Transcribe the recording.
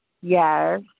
Yes